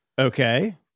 Okay